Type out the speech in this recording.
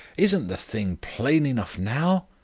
isn't the thing plain enough now?